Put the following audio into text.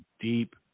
deep